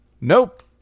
Nope